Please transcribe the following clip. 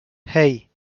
hey